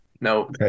No